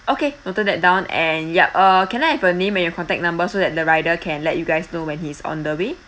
okay noted that down and yup uh can I have your name and your contact number so that the rider can let you guys know when he's on the way